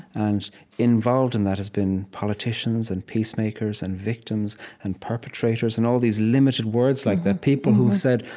and involved in that has been politicians and peacemakers and victims and perpetrators and all these limited words like that people who have said,